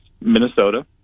Minnesota